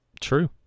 True